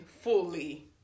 Fully